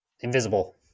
invisible